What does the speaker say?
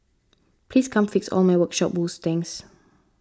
please come fix all my workshop woes thanks